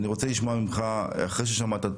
אני רוצה לשמוע ממך אחרי ששמעת את